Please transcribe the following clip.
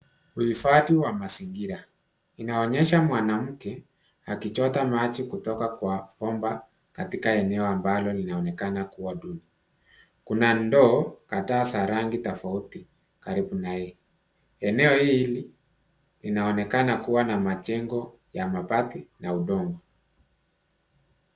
Uhifadhi wa mazingira. Inaonesha mwanamke akichota maji kutoka kwa bomba katika eneo ambalo linaonekana kuwa duni. Kuna ndoo kadhaa za rangi tofauti karibu na yeye. Eneo hili inaonekana kuwa na majengo ya mabati na udongo.